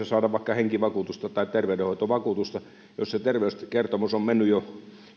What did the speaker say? saada vaikka henkivakuutusta tai terveydenhoitovakuutusta jos se terveyskertomus on mennyt jo